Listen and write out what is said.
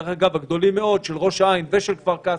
דרך אגב הגדולים מאוד של ראש העין ושל כפר קאסם,